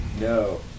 No